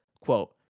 quote